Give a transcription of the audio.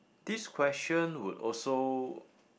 this question would also